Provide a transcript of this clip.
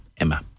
Emma